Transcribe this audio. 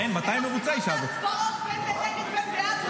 גם מפה מאחלים מזל טוב.